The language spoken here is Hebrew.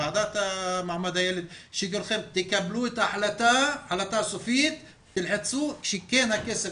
מהוועדה לזכויות הילד שתקבלו את ההחלטה הסופית ותלחצו שהכסף